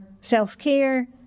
self-care